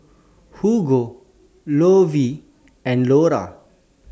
Hugo Lovie and Lora